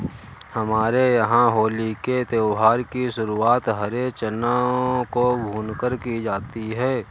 हमारे यहां होली के त्यौहार की शुरुआत हरे चनों को भूनकर की जाती है